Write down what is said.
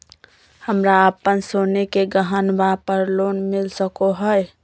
हमरा अप्पन सोने के गहनबा पर लोन मिल सको हइ?